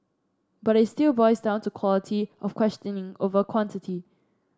but it still boils down to quality of questioning over quantity